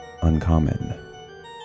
uncommon